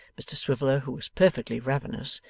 mr swiveller, who was perfectly ravenous,